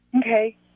Okay